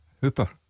Hooper